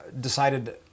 decided